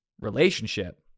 relationship